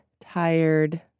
tired